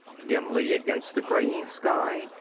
dimly, against the graying sky,